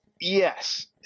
Yes